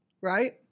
Right